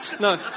No